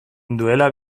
duela